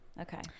Okay